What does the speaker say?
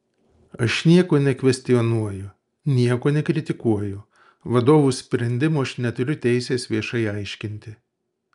aš nieko nekvestionuoju nieko nekritikuoju vadovų sprendimo aš neturiu teisės viešai aiškinti